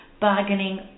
bargaining